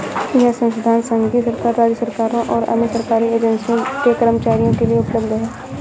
यह संसाधन संघीय सरकार, राज्य सरकारों और अन्य सरकारी एजेंसियों के कर्मचारियों के लिए उपलब्ध है